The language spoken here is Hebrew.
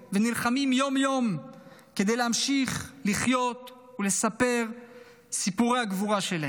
ונלחמים יום-יום כדי להמשיך לחיות ולספר את סיפורי הגבורה שלהם.